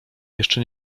jeszcze